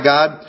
God